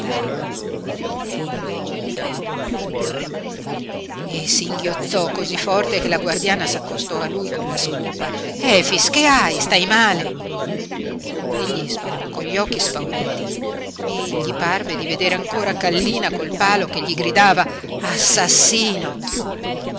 immobile e singhiozzò cosí forte che la guardiana s'accostò a lui con la scopa efix che hai stai male egli spalancò gli occhi spauriti e gli parve di vedere ancora kallina col palo che gli gridava assassino